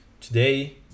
today